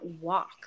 walk